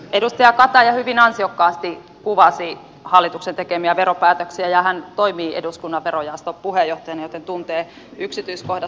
edustaja kataja hyvin ansiokkaasti kuvasi hallituksen tekemiä veropäätöksiä ja hän toimii eduskunnan verojaoston puheenjohtajana joten tuntee myös yksityiskohdat erittäin hyvin